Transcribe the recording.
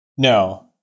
No